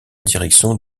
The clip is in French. direction